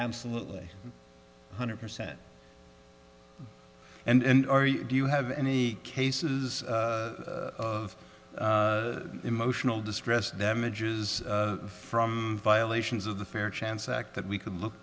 absolutely hundred percent and ari do you have any cases of emotional distress damages from violations of the fair chance act that we could look